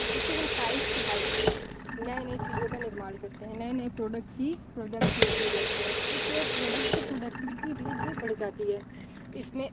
जिसमें हम साइंस की हेल्प से नए नए चीज़ों का निर्माण करते हैं नए नए प्रोडक्ट की प्रोडक्टिविटी करते हैं इसमें प्रोडक्ट की प्रोडक्टिविटी रेट भी बढ़ जाती है इसमें